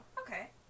okay